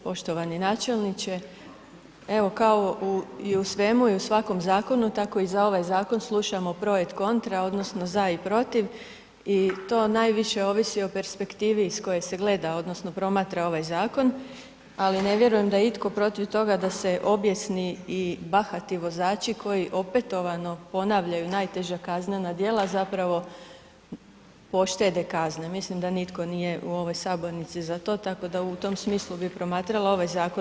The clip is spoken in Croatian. Poštovani načelniče, evo kao i u svemu i u svakom zakonu, tako i za ovaj zakon slušamo … [[Govornik se ne razumije]] kontra odnosno za i protiv i to najviše ovisi o perspektivi iz koje se gleda odnosno promatra ovaj zakon, ali ne vjerujem da je itko protiv toga da se obijesni i bahati vozači koji opetovano ponavljaju najteža kaznena djela zapravo poštede kazne, mislim da nitko nije u ovoj sabornici za to, tako da u tom smislu bi promatrala ovaj zakon.